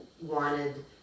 wanted